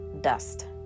dust